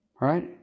right